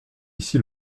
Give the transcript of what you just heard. ici